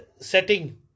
setting